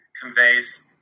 conveys